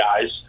guys